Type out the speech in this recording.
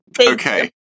okay